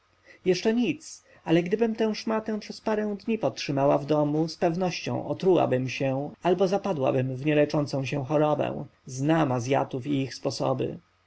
jeszcze nic ale gdybym tę szmatę przez parę dni potrzymała w domu z pewnością otrułabym się albo zapadłabym w nieleczącą się chorobę znam azjatów i ich sposoby